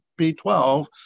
B12